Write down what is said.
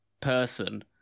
person